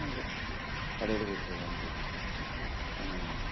ഒന്നുമില്ല കടയിൽ കൊടുത്തു അത് കംപ്ലീറ്റ് അങ്ങനെ തന്നെ